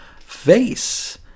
Face